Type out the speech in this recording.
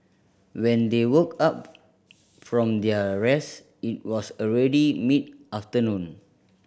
when they woke up from their rest it was already mid afternoon